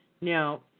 Now